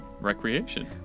Recreation